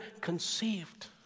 conceived